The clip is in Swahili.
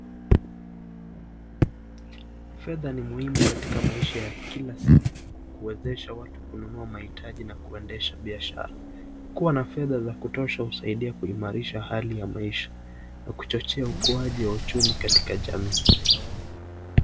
Fedha ni muhimu katika maisha ya kila siku kuwezesha watu kununua mahitaji na kuendelea kuendesha biashara, kuwa na fedha za kutosha husaidia kuimarisha hali ya maisha na kuchochea ukuaji wa uchumi katika jamii.